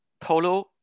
polo